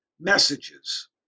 messages